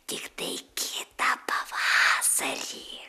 tiktai kitą pavasarį